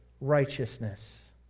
righteousness